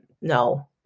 no